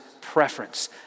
preference